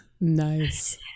Nice